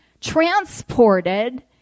transported